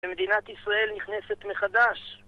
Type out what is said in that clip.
ומדינת ישראל נכנסת מחדש.